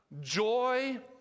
joy